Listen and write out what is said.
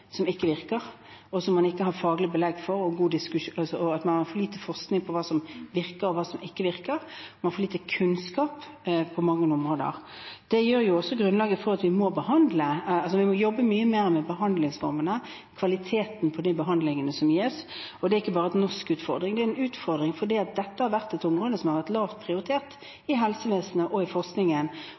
som ikke virker, og som man ikke har faglig belegg for. Man har for lite forskning på hva som virker, og hva som ikke virker. Man har for lite kunnskap på mange områder. Når det gjelder grunnlaget for å behandle, må man jobbe mye mer med behandlingsformene, kvaliteten på de behandlingene som gis. Det er ikke bare en norsk utfordring, det er en utfordring fordi dette har vært et område som har vært lavt prioritert i helsevesenet og i forskningen.